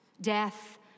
Death